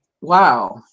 Wow